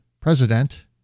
president